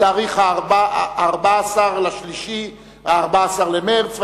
ב-14 במרס,